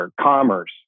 commerce